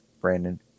Brandon